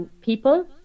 people